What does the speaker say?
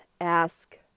Ask